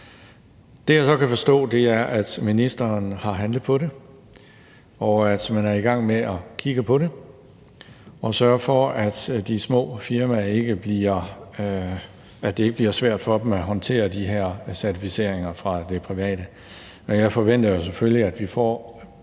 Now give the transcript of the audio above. jeg så kan forstå, er, at ministeren har handlet på det, og at man er i gang med at kigge på det og sørge for, at det ikke bliver svært for de små firmaer at håndtere de her certificeringer fra det private. Men jeg forventer jo selvfølgelig, at vi får